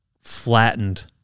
flattened